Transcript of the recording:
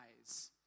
eyes